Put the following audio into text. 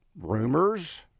rumors